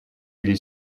или